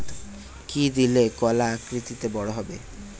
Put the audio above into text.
কি দিলে কলা আকৃতিতে বড় হবে?